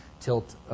tilt